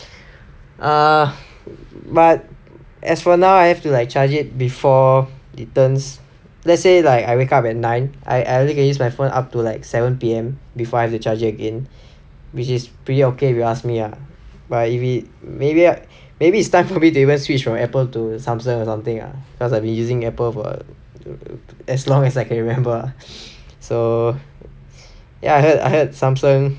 ah but as for now I have to charge it before it turns let's say like I wake up at nine I only can use my phone up to like seven P_M before I need to charge it again which is pretty okay if you ask me ah but if it maybe I maybe it's time for me to even switched from apple to samsung or something ah because I have been using apple for as long as I can remember so ya I heard I heard samsung